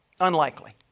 unlikely